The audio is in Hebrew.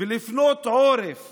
ולהפנות עורף